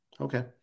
Okay